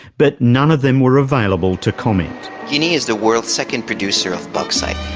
but none of them were available to comment. guinea is the world's second producer of bauxite,